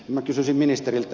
minä kysyisin ministeriltä